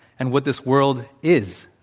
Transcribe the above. and what this world is,